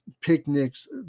picnics